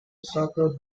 soccer